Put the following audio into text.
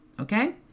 okay